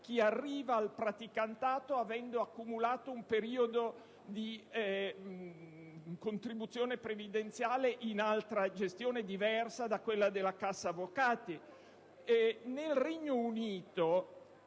chi arriva al praticantato avendo accumulato un periodo di contribuzione previdenziale in altra gestione diversa da quella della cassa avvocati.